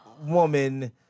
woman